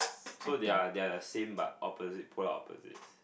so they're they're the same but opposite polar opposites